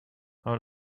how